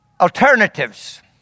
alternatives